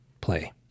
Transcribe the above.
play